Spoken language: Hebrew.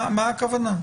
מה הכוונה?